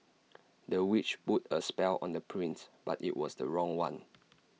the witch put A spell on the prince but IT was the wrong one